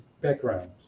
background